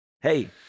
hey